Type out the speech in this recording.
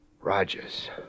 Rogers